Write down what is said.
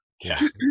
Yes